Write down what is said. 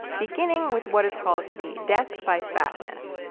beginning with what is called, the death by fat myth.